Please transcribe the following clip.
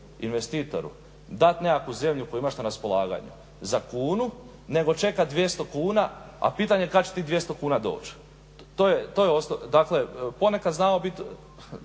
investitoru dati nekakvu zemlju koju imaš na raspolaganju za kunu nego čekati 200 kuna, a pitanje kad će tih 200 kuna doći? Dakle, ponekad znamo biti,